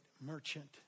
merchant